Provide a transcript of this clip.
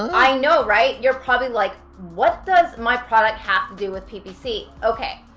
i know right? you're probably like, what does my product have to do with ppc? okay,